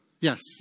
Yes